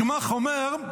הגמ"ח אומר: